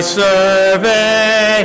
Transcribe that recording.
survey